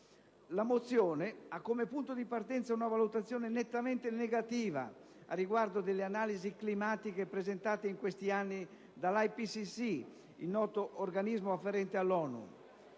La mozione ha come punto di partenza una valutazione nettamente negativa a riguardo delle analisi climatiche presentate in questi anni dall'IPCC, il noto organismo afferente all'ONU.